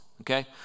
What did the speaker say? okay